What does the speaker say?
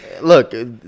look